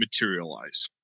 materialize